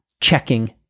checking